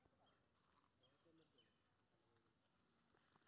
छः हजार चार सौ चव्वालीस धान के बीज लय कोन समय निक हायत?